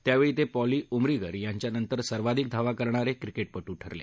त्यावेळी ते पॉली उमरीगर यांच्यानंतर सर्वाधिक धावा करणारे क्रिकेटपट्र ठरले